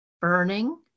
burning